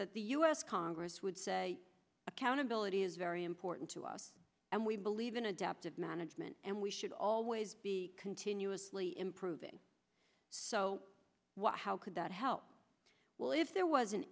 that the u s congress would say accountability is very important to us and we believe in adaptive management and we should always be continuously improving so how could that help well if there was